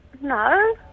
No